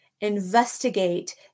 investigate